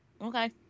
Okay